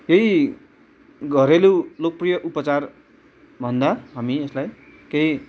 यही घरेलु लोकप्रिय उपचारभन्दा हामी यसलाई केही